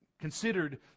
considered